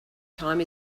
time